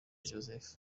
joseph